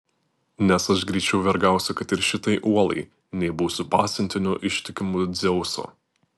nes aš greičiau vergausiu kad ir šitai uolai nei būsiu pasiuntiniu ištikimu dzeuso